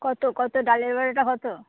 কত কত ডালের বড়াটা কত